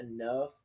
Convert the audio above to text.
enough